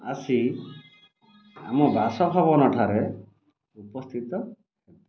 ଆସି ଆମ ବାସଭବନ ଠାରେ ଉପସ୍ଥିତ ହେବେ